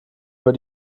über